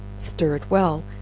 stir it well,